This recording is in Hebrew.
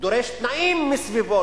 דורש תנאים מסביבו.